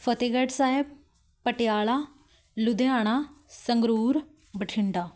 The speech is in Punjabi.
ਫਤਿਹਗੜ੍ਹ ਸਾਹਿਬ ਪਟਿਆਲਾ ਲੁਧਿਆਣਾ ਸੰਗਰੂਰ ਬਠਿੰਡਾ